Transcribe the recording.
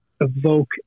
evoke